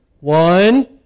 One